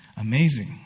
amazing